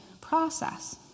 process